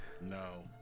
No